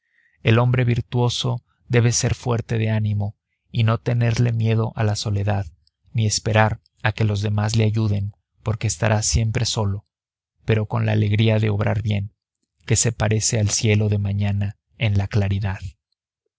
el hombre virtuoso debe ser fuerte de ánimo y no tenerle miedo a la soledad ni esperar a que los demás le ayuden porque estará siempre solo pero con la alegría de obrar bien que se parece al cielo de la mañana en la claridad